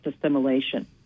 assimilation